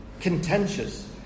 contentious